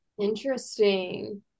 Interesting